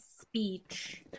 speech